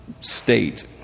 state